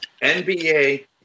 NBA